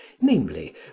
namely